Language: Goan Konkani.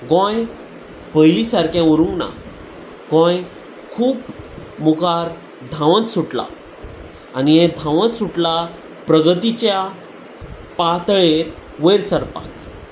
गोंय पयली सारकें उरूंक ना गोंय खूब मुखार धांवत सुटला आनी हें धांवत सुटला प्रगतीच्या पातळेर वयर सरपाक